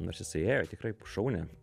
nors jisai ėjo tikrai šaunią